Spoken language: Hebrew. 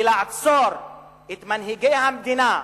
ולעצור את מנהיגי המדינה,